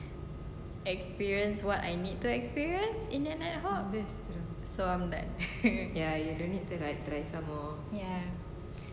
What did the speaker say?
experienced what I need to experienced in ad hoc ya